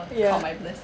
ya